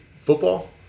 football